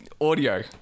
audio